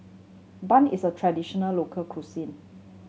bun is a traditional local cuisine